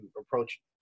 approach